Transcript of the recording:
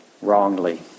wrongly